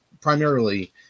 primarily